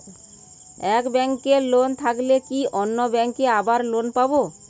এক ব্যাঙ্কে লোন থাকলে কি অন্য ব্যাঙ্কে আবার লোন পাব?